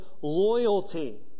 loyalty